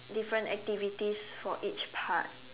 different activities for each part